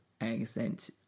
accent